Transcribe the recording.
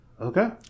okay